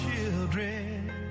children